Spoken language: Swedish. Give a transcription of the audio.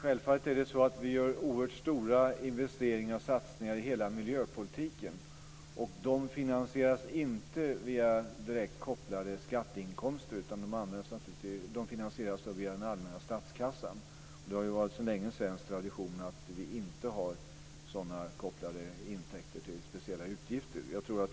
Fru talman! Självfallet gör vi oerhört stora investeringar och satsningar i hela miljöpolitiken. De finansieras inte via direkt kopplade skatteinkomster, utan de finansieras via den allmänna statskassan. Det har sedan länge varit en svensk tradition att inte ha intäkter kopplade till speciella utgifter.